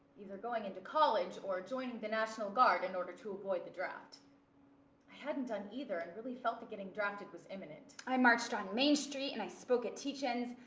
either going into college or joining the national guard in order to avoid the draft. i hadn't done either and really felt that getting drafted was imminent. i marched on main street, and i spoke at teach-ins.